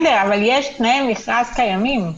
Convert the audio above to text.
יש תנאי מכרז קיימים,